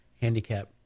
handicap